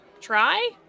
try